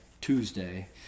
Tuesday